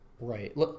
Right